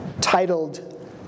titled